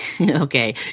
okay